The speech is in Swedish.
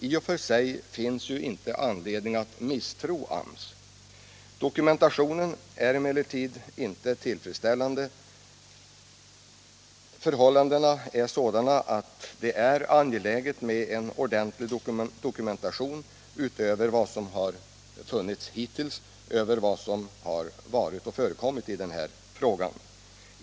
I och för sig finns det ju inte anledning att misstro AMS. Dokumentationen är emellertid inte tillfredsställande. Förhållandena är sådana att det är angeläget med en ordentlig dokumentation utöver den som har funnits hittills rörande vad som har förekommit i den här frågan.